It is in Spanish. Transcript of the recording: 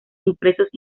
impresos